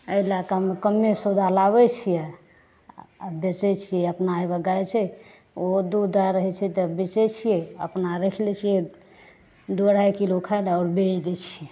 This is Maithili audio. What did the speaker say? अइ लए कऽ हम कमे सौदा लाबै छियै आ बेचैत छियै अपना हे बए गाय छै ओहो दूध आर हय छै तऽ बेचैत छियै अपना राखि लै छियै दू अढ़ाइ किलो खाय लऽ आओर बेच दै छियै